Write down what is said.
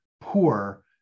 poor